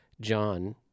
John